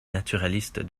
naturaliste